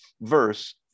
verse